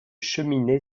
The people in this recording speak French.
cheminée